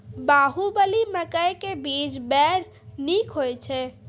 बाहुबली मकई के बीज बैर निक होई छै